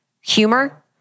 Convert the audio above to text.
humor